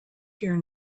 here